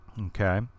Okay